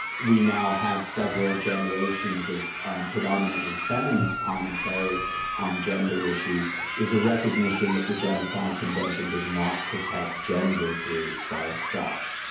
we now have several generations of predominantly feminist commentary on gender issues is a recognition that the genocide convention does not protect gender groups as such,